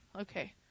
Okay